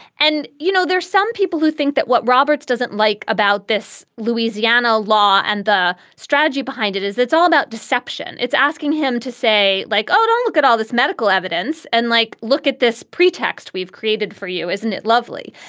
and, you know, there's some people who think that what roberts doesn't like about this louisiana law and the strategy behind it is it's all about deception. it's asking him to say like, oh, don't look at all this medical evidence and like, look at this pretext we've created for you. isn't it lovely?